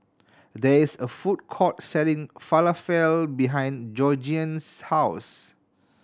there is a food court selling Falafel behind Georgiann's house